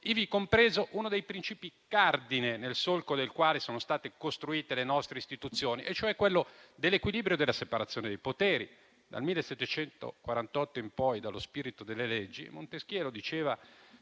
ivi compreso uno dei principi cardine, nel solco del quale sono state costruite le nostre Istituzioni, cioè quello dell'equilibrio e della separazione dei poteri. Nel 1748 in «Lo spirito delle leggi», Montesquieu lo diceva